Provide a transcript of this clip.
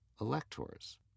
electors